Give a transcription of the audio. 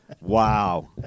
Wow